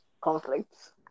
conflicts